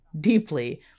deeply